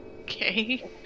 Okay